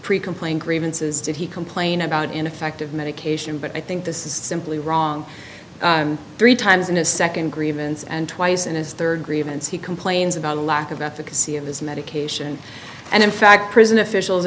s grievances did he complain about ineffective medication but i think this is simply wrong three times in a second grievance and twice in his third grievance he complains about a lack of efficacy of his medication and in fact prison officials